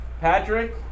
Patrick